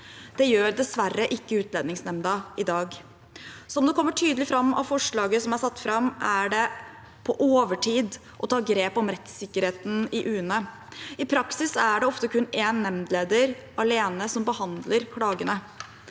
Det gjør dessverre ikke Utlendingsnemnda i dag. Som det kommer tydelig fram av forslaget som er satt fram, er det på overtid å ta grep om rettssikkerheten i UNE. I praksis er det ofte kun én nemndleder alene som behandler klagene.